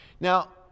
Now